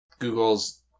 Google's